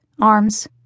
arms